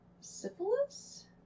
syphilis